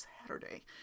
Saturday